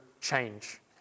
change